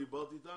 דיברתי איתה,